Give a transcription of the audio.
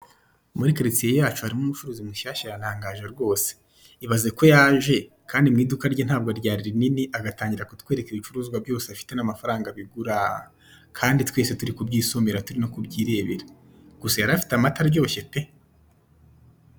Muri karitsiye yacu harimo umucuruzi mushyashya yantangaje rwose. Ibaze ko yaje kandi mu iduka rye ntabwo ryari rinini agatangira kutwereka ibicuruzwa byose afite n'amafaranga bigura kandi twese turi kubyisomera turi no kubyirebera. Gusa yarafite amata aryoshye pe!